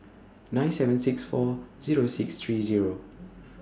nine seven six four Zero six three Zero